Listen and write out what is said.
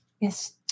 Yes